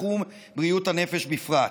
בתחום בריאות הנפש בפרט,